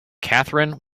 catherine